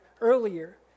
earlier